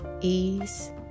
ease